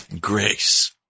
Grace